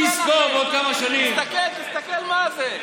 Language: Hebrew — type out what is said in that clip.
מי יזכור עוד כמה שנים, תסתכל, תסתכל מה זה.